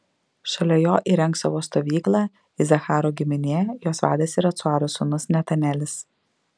šalia jo įrengs savo stovyklą isacharo giminė jos vadas yra cuaro sūnus netanelis